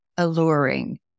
alluring